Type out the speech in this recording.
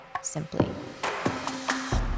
simply